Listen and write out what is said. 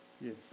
Yes